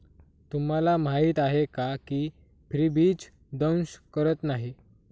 तुम्हाला माहीत आहे का की फ्रीबीज दंश करत नाही